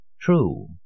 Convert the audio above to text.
True